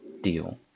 deal